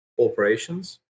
operations